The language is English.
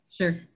Sure